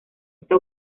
esta